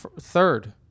third